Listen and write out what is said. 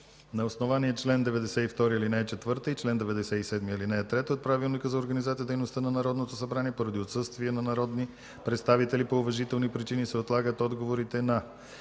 На основание чл. 92, ал. 4 и чл. 97, ал. 3 от Правилника за организацията и дейността на Народното събрание, поради отсъствие на народни представители по уважителни причини се отлагат отговорите на: